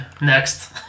Next